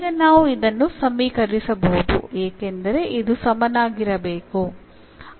ಈಗ ನಾವು ಇದನ್ನು ಸಮೀಕರಿಸಬಹುದು ಏಕೆಂದರೆ ಇದು ಸಮಾನವಾಗಿರಬೇಕು